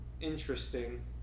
interesting